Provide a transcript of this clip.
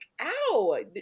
ow